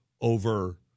over